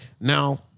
Now